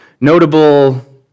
notable